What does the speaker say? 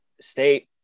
state